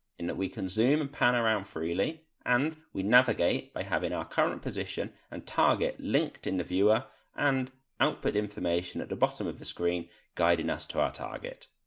in that we can zoom and pan around freely and we navigate by having our current position and target linked in the viewer and output information at the bottom of the screen guiding us to our target.